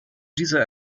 dieser